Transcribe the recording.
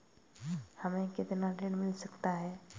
हमें कितना ऋण मिल सकता है?